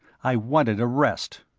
i wanted a rest.